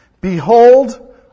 Behold